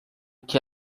que